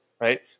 right